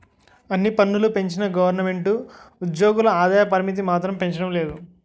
అన్ని పన్నులూ పెంచిన గవరమెంటు ఉజ్జోగుల ఆదాయ పరిమితి మాత్రం పెంచడం లేదు